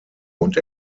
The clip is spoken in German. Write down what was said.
und